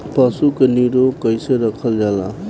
पशु के निरोग कईसे रखल जाला?